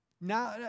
Now